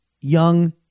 young